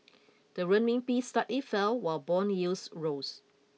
the Renminbi slightly fell while bond yields rose